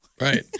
Right